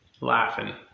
laughing